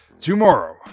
tomorrow